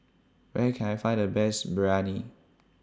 Where Can I Find The Best Biryani